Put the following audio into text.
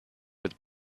with